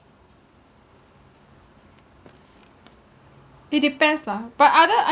it depends lah but other